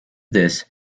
this